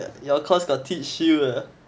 you will cause the teach you ah